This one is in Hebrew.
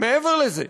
מעבר לזה,